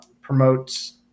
promotes